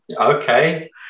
Okay